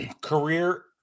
career